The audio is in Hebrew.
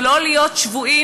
ולא להיות שבויים,